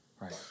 right